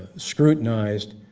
scrutinized,